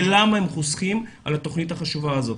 ולמה הם חוסכים על התוכנית החשובה הזאת.